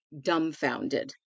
dumbfounded